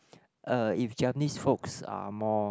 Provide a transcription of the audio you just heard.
uh if Japanese folks are more